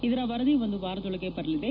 ಇದರ ವರದಿ ಒಂದು ವಾರದೊಳಗೆ ಬರಲಿದೆ